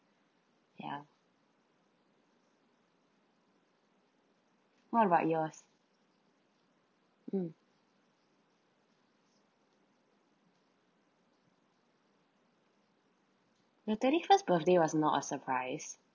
ya what about yours mm the thirty first birthday was not a surprise